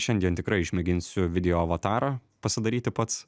šiandien tikrai išmėginsiu video avatarą pasidaryti pats